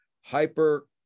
hyper